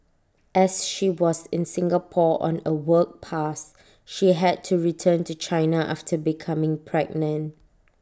as she was in Singapore on A work pass she had to return to China after becoming pregnant